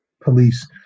police